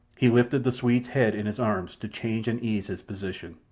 he lifted the swede's head in his arms to change and ease his position.